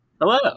Hello